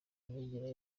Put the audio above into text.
myigire